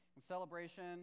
Celebration